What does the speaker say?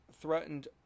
threatened